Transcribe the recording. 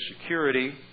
security